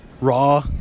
raw